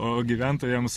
o gyventojams